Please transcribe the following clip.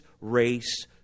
race